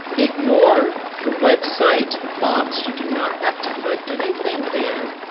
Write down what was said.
ignore the website box, you do not have to put anything there.